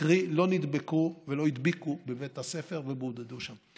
קרי לא נדבקו ולא הדביקו בבית הספר ובודדו שם.